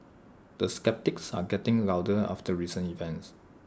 the sceptics are getting louder after recent events